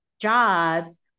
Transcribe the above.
jobs